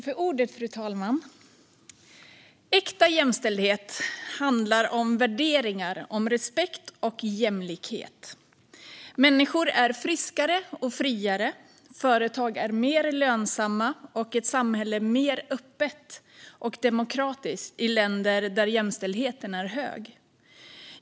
Fru talman! Äkta jämställdhet handlar om värderingar, respekt och jämlikhet. Människor är friskare och friare, företag mer lönsamma och samhället mer öppet och demokratiskt i länder där jämställdheten är hög.